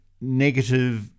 negative